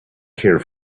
care